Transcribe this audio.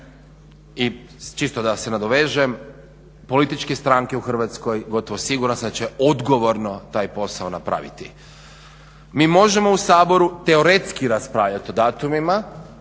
i čisto da se nadovežem, političke stranke u Hrvatskoj gotovo siguran sam da će odgovorno taj posao napraviti. Mi možemo u Saboru teoretski raspravljati o datumima